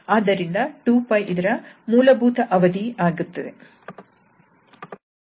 ಆದ್ದರಿಂದ 2𝜋 ಇದರ ಮೂಲಭೂತ ಅವಧಿ ಆಗುತ್ತದೆ